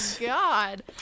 God